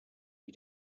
you